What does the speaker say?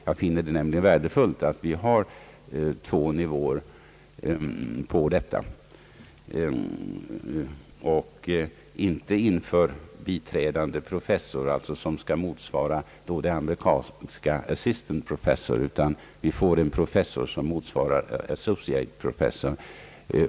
Jag anser det nämligen värdefullt att det finns två olika nivåer. Vi bör inte införa tjänster som biträ dande professor, som skulle motsvara den amerikanska beteckningen <assistant professor, utan vi bör ha en tjänst motsvarande associate professor.